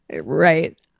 Right